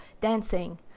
dancing